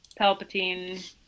Palpatine